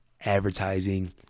advertising